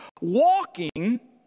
Walking